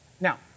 Now